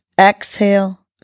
Exhale